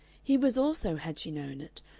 he was also, had she known it,